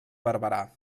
barberà